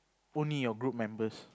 only your group members